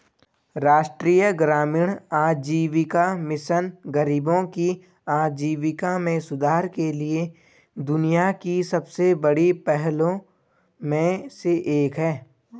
राष्ट्रीय ग्रामीण आजीविका मिशन गरीबों की आजीविका में सुधार के लिए दुनिया की सबसे बड़ी पहलों में से एक है